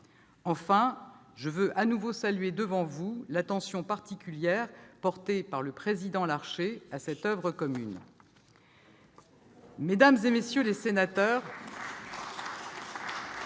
Enfin, je veux de nouveau saluer devant vous l'attention particulière portée par le président Larcher à cette oeuvre commune. Mesdames, messieurs les sénateurs,